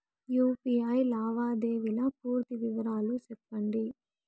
UPI లావాదేవీల పూర్తి వివరాలు సెప్పండి?